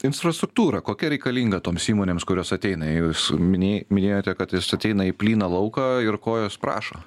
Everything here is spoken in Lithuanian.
infrastruktūra kokia reikalinga toms įmonėms kurios ateina jūs minėjai minėjote kad jis ateina į plyną lauką ir ko jos prašo